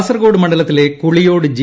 കാസർകോട് മണ്ഡലത്തിലെ കുളിയോട് ജി